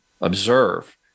observe